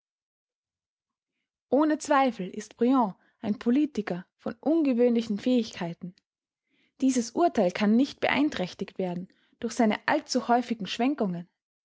ohne zweifel ist briand ein politiker von ungewöhnlichen fähigkeiten dieses urteil kann nicht beeinträchtigt werden durch seine allzu häufigen schwenkungen